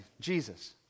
Jesus